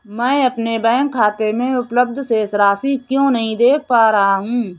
मैं अपने बैंक खाते में उपलब्ध शेष राशि क्यो नहीं देख पा रहा हूँ?